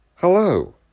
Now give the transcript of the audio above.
Hello